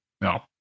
No